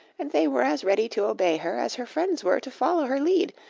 and they were as ready to obey her as her friends were to follow her lead,